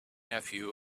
nephew